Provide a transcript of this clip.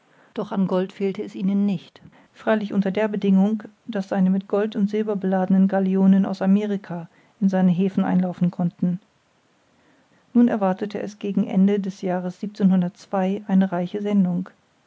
doch an gold fehlte es ihm nicht freilich unter der bedingung daß seine mit gold und silber beladenen galionen aus amerika in seine häfen einlaufen konnten nun erwartete es gegen ende des jahres eine reiche sendung